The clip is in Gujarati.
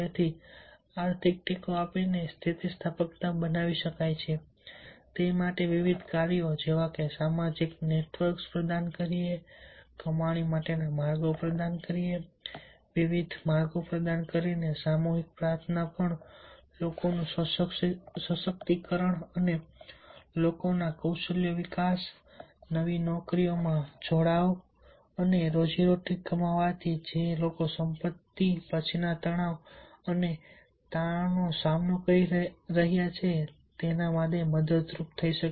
તેથી આર્થિક ટેકો આપીને સ્થિતિસ્થાપકતા બનાવી શકાય છે તે માટે વિવિધ કાર્યો જેવા કે સામાજિક નેટવર્ક્સ પ્રદાન કરીને કમાણી માટેના માર્ગો પ્રદાન કરીને વિવિધ માર્ગો પ્રદાન કરીને સામૂહિક પ્રાર્થના પણ લોકોનું સશક્તિકરણ અને લોકોનો કૌશલ્ય વિકાસ નવી નોકરીઓમાં જોડાવા અને રોજીરોટી કમાવવા જેથી લોકો આપત્તિ પછીના તણાવ અને તાણનો સામનો કરી શકે